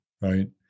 right